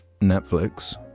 Netflix